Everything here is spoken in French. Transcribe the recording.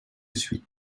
suite